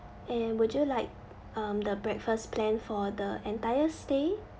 and would you like um the breakfast plan for the entire stay